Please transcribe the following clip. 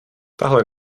tahle